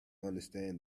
understand